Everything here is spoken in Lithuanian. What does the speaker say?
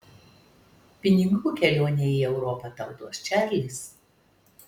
pinigų kelionei į europą tau duos čarlis